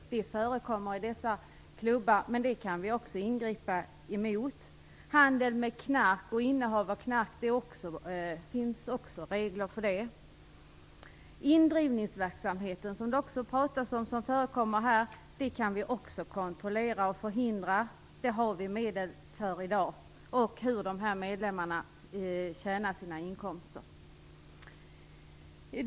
Sådant förekommer i dessa klubbar, men också det kan vi ingripa mot. Beträffande handel med knark, liksom innehav av knark, finns det också regler. Indrivningsverksamheten har det också pratats om. Sådan verksamhet förekommer alltså i detta sammanhang, och även den kan vi kontrollera och förhindra. Det finns medel för det. Vidare gäller det hur de här medlemmarna får sina inkomster.